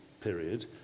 period